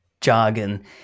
jargon